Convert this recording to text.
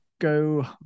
Go